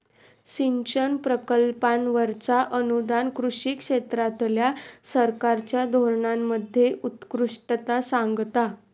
सिंचन प्रकल्पांवरचा अनुदान कृषी क्षेत्रातल्या सरकारच्या धोरणांमध्ये उत्कृष्टता सांगता